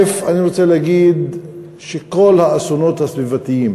אני רוצה להגיד שכל האסונות הסביבתיים